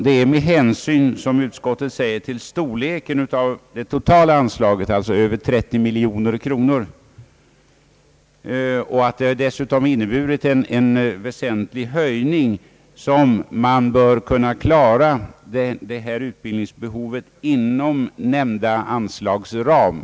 Det är — förklarar utskottet — med hänsyn till storleken av det totala anslaget på över 30 miljoner kronor, vilket dessutom innebär en väsentlig höjning, som man bör klara detta utbildningsbehov inom nämnda anslagsram.